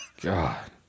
God